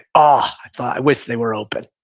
ah i wish they were open,